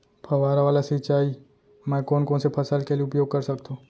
फवारा वाला सिंचाई मैं कोन कोन से फसल के लिए उपयोग कर सकथो?